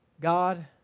God